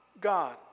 God